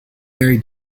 very